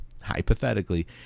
hypothetically